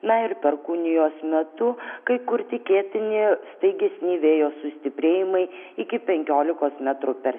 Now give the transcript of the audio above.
na ir perkūnijos metu kai kur tikėtini staigesni vėjo sustiprėjimai iki penkiolikos metrų per